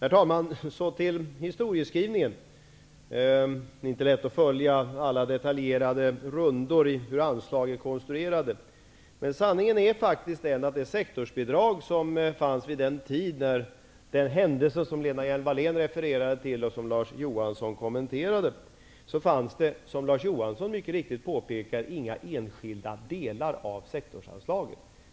Så till historieskrivningen. Det är inte lätt att följa alla detaljerade rundor när det gäller hur anslag är konstruerade. Men sanningen är faktiskt att det i det sektorsbidrag som fanns vid tiden för den händelse som Lena Hjelm-Wallén refererade till och som Larz Johansson kommenterade, inte fanns, som Larz Johansson mycket riktigt påpekade, några enskilda delar av sektorsanslaget.